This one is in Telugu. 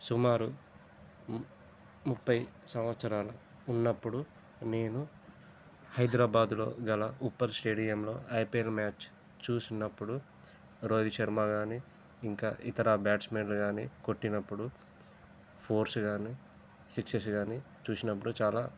సుమారు ముప్పై సంవత్సరాలు ఉన్నప్పుడు నేను హైదరాబాదులో గల ఉప్పల్ స్టేడియంలో ఐపిఎల్ మ్యాచ్ చూసినప్పుడు రోహిత్ శర్మ కానీ ఇంకా ఇతర బ్యాట్స్మ్యాన్లు కానీ కొట్టినప్పుడు ఫోర్స్ కానీ సిక్సెస్ కానీ చూసినప్పుడు చాలా